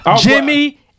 Jimmy